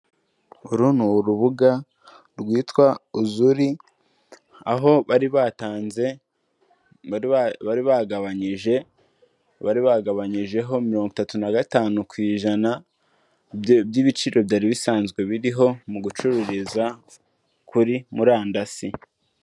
Uru ni urubuga rwitwa uzuri, aho bari batanze, bari bagabanyijeho mirongo itatu nagatanu ku ijana by'ibiciro byari bisanzwe biriho, mu gucururiza kuri murandasi.